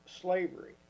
slavery